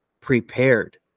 prepared